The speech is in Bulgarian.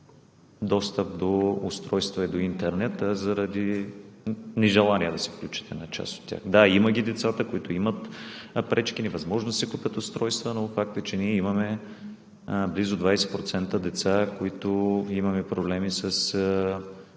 достъп до устройства и до интернет, а заради нежелание на част от тях да се включат. Да, има ги децата, които имат пречки – невъзможност да си купят устройства, но факт е, че ние имаме близо 20% деца, при които имаме проблеми с